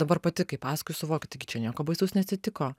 dabar pati kai pasakoju suvokiu taigi čia nieko baisaus neatsitiko